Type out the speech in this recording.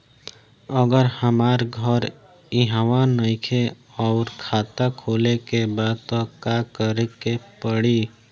अगर हमार घर इहवा नईखे आउर खाता खोले के बा त का करे के पड़ी?